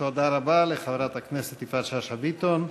תודה רבה לחברת הכנסת יפעת שאשא ביטון.